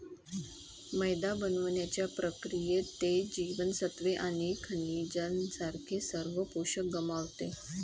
मैदा बनवण्याच्या प्रक्रियेत, ते जीवनसत्त्वे आणि खनिजांसारखे सर्व पोषक गमावते